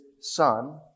Son